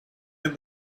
and